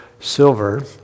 silver